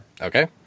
Okay